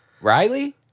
Riley